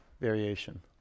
variation